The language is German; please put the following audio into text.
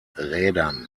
rädern